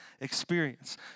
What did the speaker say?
experience